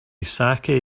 saké